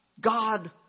God